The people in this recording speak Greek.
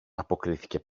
αποκρίθηκε